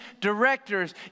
directors